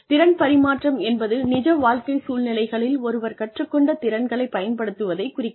திறன் பரிமாற்றம் என்பது நிஜ வாழ்க்கை சூழ்நிலைகளில் ஒருவர் கற்றுக்கொண்ட திறன்களைப் பயன்படுத்துவதை குறிக்கிறது